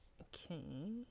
Okay